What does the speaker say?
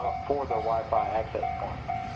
ah for their wifi access points.